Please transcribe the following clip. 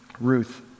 Ruth